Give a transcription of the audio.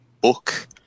book